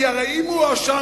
כי הרי אם הוא הואשם,